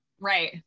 Right